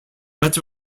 matter